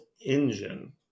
engine